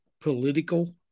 political